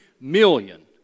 million